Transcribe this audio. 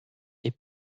est